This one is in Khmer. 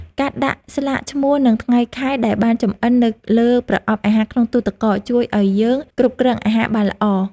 ការដាក់ស្លាកឈ្មោះនិងថ្ងៃខែដែលបានចម្អិននៅលើប្រអប់អាហារក្នុងទូរទឹកកក ជួយឱ្យយើងគ្រប់គ្រងអាហារបានល្អ។